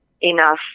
enough